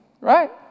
right